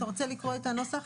אתה רוצה לקרוא את הנוסח?